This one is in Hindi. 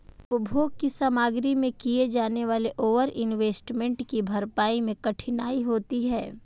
उपभोग की सामग्री में किए जाने वाले ओवर इन्वेस्टमेंट की भरपाई मैं कठिनाई होती है